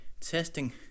testing